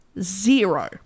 zero